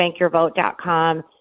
bankyourvote.com